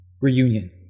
reunion